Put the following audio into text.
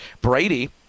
Brady